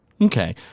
Okay